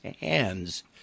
hands